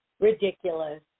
ridiculous